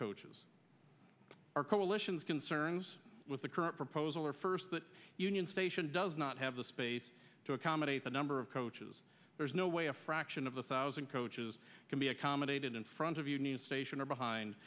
coaches or coalitions concerns with the current proposal or first that union station does not have the space to accommodate the number of coaches there's no way a fraction of a thousand coaches can be accommodated in front of you news station or behind